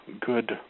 good